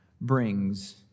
brings